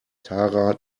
tara